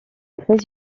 très